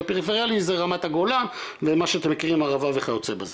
רמת הגולן ומה שאתם מכירים ערבה וכיוצא בזה.